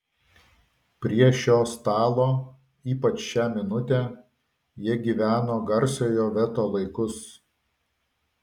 prie šio stalo ypač šią minutę jie gyveno garsiojo veto laikus